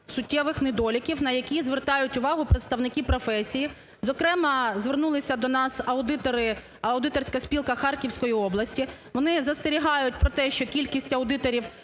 суттєвих недоліків, на які звертають увагу представники професії. Зокрема, звернулися до нас аудитори, Аудиторська спілка Харківської області, вони застерігають про те, що кількість аудиторів